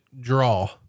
draw